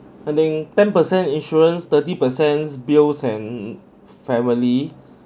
and then ten per cent insurance thirty per cents bills and family